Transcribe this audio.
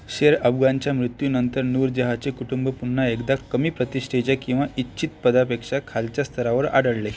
शेर अफगाणच्या मृत्यूनंतर नूरजहाचे कुटुंब पुन्हा एकदा कमी प्रतिष्ठेच्या किंवा इच्छित पदापेक्षा खालच्या स्तरावर आढळले